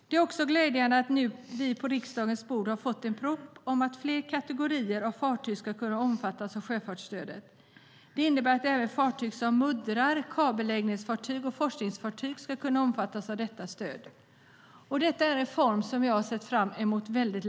Det är också glädjande att vi på riksdagens bord har fått en proposition om att flera kategorier av fartyg ska kunna omfattas av sjöfartsstödet. Detta innebär att även mudderfartyg, kabelläggningsfartyg och forskningsfartyg ska kunna omfattas av detta stöd. Det är en reform som jag har sett fram emot länge.